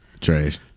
Trash